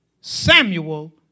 Samuel